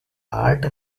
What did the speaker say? art